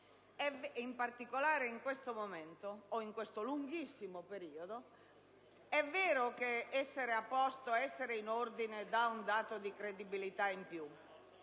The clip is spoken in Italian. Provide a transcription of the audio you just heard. in particolare in questo momento o in questo lunghissimo periodo, è vero che essere a posto, essere in ordine conferisce un dato di credibilità in più.